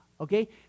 Okay